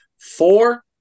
four